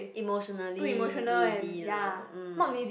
emotionally needy lah mm